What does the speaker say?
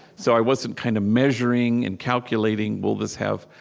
so i wasn't kind of measuring and calculating will this have?